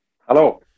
Hello